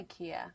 Ikea